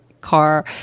car